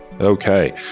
Okay